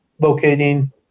locating